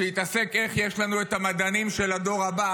שיתעסק איך יש לנו את המדענים של הדור הבא